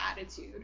attitude